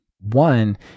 One